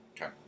Okay